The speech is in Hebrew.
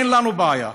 אין לנו בעיה,